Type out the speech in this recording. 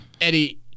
Eddie